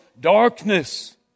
darkness